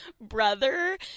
brother